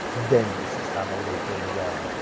then this is how long we've been around,